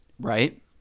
Right